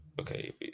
Okay